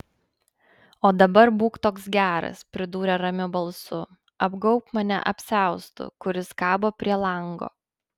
o dabar būk toks geras pridūrė ramiu balsu apgaubk mane apsiaustu kuris kabo prie lango